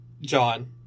John